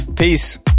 Peace